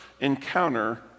encounter